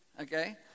Okay